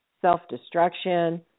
self-destruction